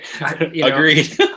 Agreed